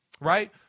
Right